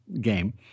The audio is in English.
game